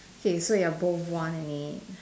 K so you're both one and eight